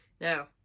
Now